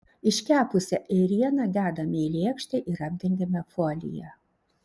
iškepusią ėrieną dedame į lėkštę ir apdengiame folija